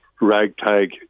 ragtag